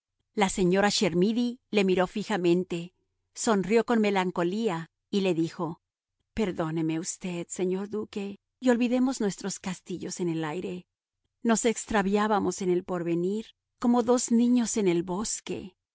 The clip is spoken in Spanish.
la señora chermidy le miró fijamente sonrió con melancolía y le dijo perdóneme usted señor duque y olvidemos nuestros castillos en el aire nos extraviábamos en el porvenir como dos niños en el bosque